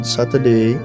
Saturday